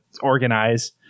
organize